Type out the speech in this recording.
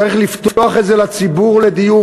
צריך לפתוח את זה לציבור לדיון,